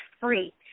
free